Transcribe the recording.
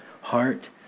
heart